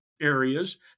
areas